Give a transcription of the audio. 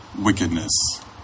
wickedness